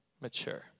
mature